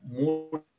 more